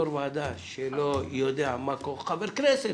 יושב-ראש ועדה שלא יודע מה חבר כנסת,